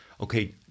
okay